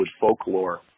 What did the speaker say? folklore